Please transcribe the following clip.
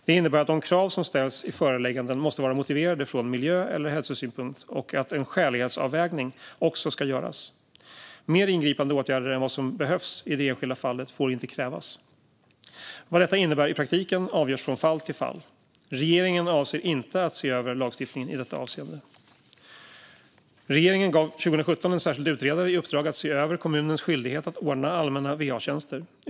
Det innebär att de krav som ställs i förelägganden måste vara motiverade från miljö eller hälsosynpunkt och att en skälighetsavvägning också ska göras. Mer ingripande åtgärder än vad som behövs i det enskilda fallet får inte krävas. Vad detta innebär i praktiken avgörs från fall till fall. Regeringen avser inte att se över lagstiftningen i detta avseende. Regeringen gav 2017 en särskild utredare i uppdrag att se över kommunens skyldighet att ordna allmänna va-tjänster.